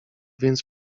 więc